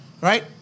Right